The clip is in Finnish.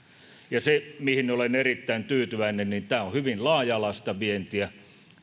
ja se mihin olen erittäin tyytyväinen on hyvin laaja alaista vientiä